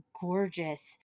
gorgeous